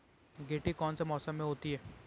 गेंठी कौन से मौसम में होती है?